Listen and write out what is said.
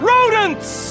Rodents